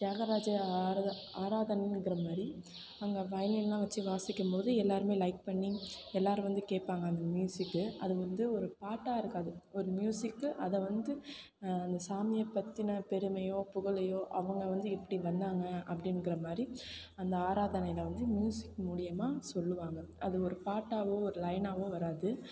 தியாகராஜ ஆரதா ஆராதனைங்கிற மாதிரி அங்கே வயலின்லாம் வச்சி வாசிக்கும்போது எல்லாருமே லைக் பண்ணி எல்லோரும் வந்து கேட்பாங்க அந்த மியூசிக்கு அது வந்து ஒரு பாட்டாக இருக்காது ஒரு மியூசிக்கு அதை வந்து அந்த சாமியை பற்றின பெருமையோ புகழையோ அவங்க வந்து எப்படி வந்தாங்க அப்படின்னுங்கிற மாதிரி அந்த ஆராதனையில் வந்து மியூசிக் மூலிமா சொல்லுவாங்க அதை ஒரு பாட்டாகவோ ஒரு லைனாகவோ வராது